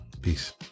peace